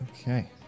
okay